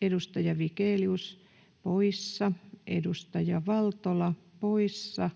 edustaja Vigelius poissa, edustaja Valtola poissa,